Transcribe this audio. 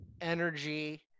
energy